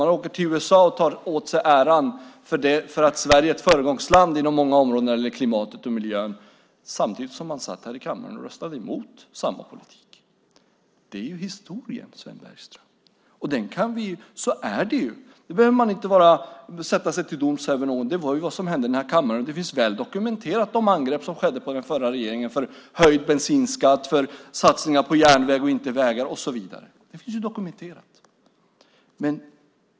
Man åker till USA och tar åt sig äran över att Sverige är ett föregångsland inom många områden när det gäller klimatet och miljön - samtidigt som man satt här i kammaren och röstade emot samma politik. Det är historien, Sven Bergström. Så är det, och det är inte att sätta sig till doms över någon. Det var ju vad som hände här i kammaren, och de angrepp som skedde på den förra regeringen för höjd bensinskatt, för satsningar på järnvägar och inte vägar och så vidare finns väl dokumenterade.